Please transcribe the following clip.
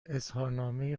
اظهارنامه